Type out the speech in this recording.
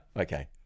Okay